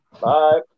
Bye